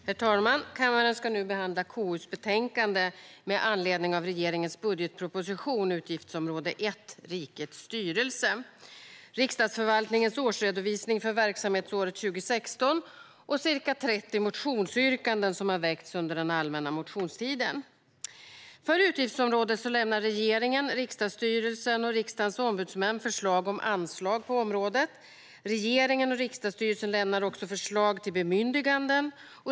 Herr talman! Kammaren ska nu behandla KU:s betänkande med anledning av regeringens budgetproposition, utgiftsområde 1 Rikets styrelse, Riksdagsförvaltningens årsredovisning för verksamhetsåret 2016 och ca 30 motionsyrkanden som har väckts under den allmänna motionstiden. För utgiftsområdet lämnar regeringen, riksdagsstyrelsen och Riksdagens ombudsmän förslag om anslag på området. Regeringen och riksdagsstyrelsen lämnar också förslag till bemyndiganden.